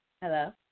Hello